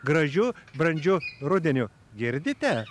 gražiu brandžiu rudeniu girdite